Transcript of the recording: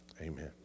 amen